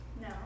No